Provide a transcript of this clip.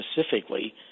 specifically